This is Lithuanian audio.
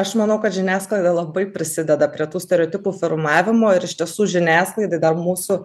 aš manau kad žiniasklaida labai prisideda prie tų stereotipų formavimo ir iš tiesų žiniasklaidai dar mūsų